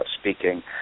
speaking